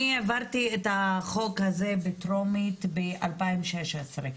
אני העברתי את החוק הזה בטרומית בשנת 2016,